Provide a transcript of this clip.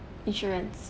insurance